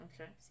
Okay